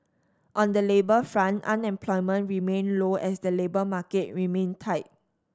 on the labour front unemployment remained low as the labour market remained tight